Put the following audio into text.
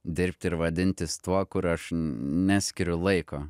dirbti ir vadintis tuo kur aš neskiriu laiko